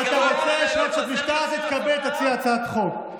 אתה רוצה לשנות שיטת משטר, תתכבד ותציע הצעת חוק.